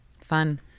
fun